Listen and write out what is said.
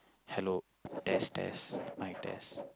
hello test test mic test